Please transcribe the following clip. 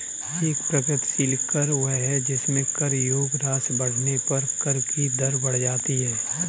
एक प्रगतिशील कर वह है जिसमें कर योग्य राशि बढ़ने पर कर की दर बढ़ जाती है